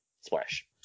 Splash